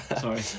Sorry